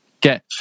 get